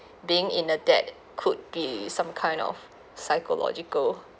being in a debt could be some kind of psychological